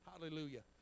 hallelujah